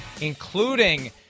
including